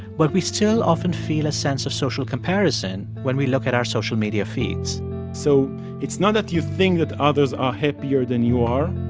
but we still often feel a sense of social comparison when we look at our social media feeds so it's not that you think that others are happier than you are.